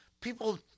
People